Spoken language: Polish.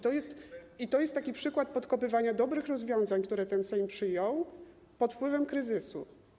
To jest taki przykład podkopywania dobrych rozwiązań, które ten Sejm przyjął pod wpływem kryzysu.